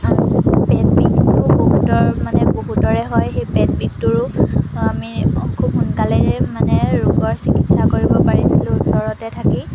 পেট বিষটো বহুতৰ মানে বহুতৰে হয় সেই পেট বিষটোৰো আমি খুব সোনকালে মানে ৰোগৰ চিকিৎসা কৰিব পাৰিছিলোঁ ওচৰতে থাকি